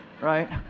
right